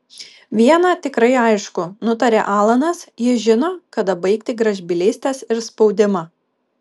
viena tikrai aišku nutarė alanas ji žino kada baigti gražbylystes ir spaudimą